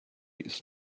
ist